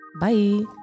Bye